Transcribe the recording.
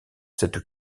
cette